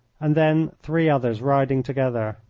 and then three others riding together.